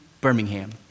Birmingham